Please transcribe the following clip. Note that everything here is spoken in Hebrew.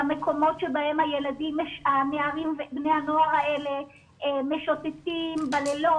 למקומות שבהם בני הנוער האלה משוטטים בלילות.